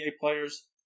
players